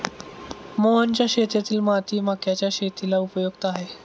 मोहनच्या शेतातील माती मक्याच्या शेतीला उपयुक्त आहे